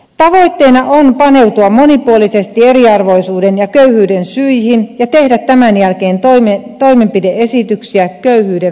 tavoitteena on paneutua monipuolisesti eriarvoisuuden ja köyhyyden syihin ja tehdä tämän jälkeen toimenpide esityksiä köyhyyden vähentämiseksi